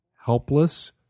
helpless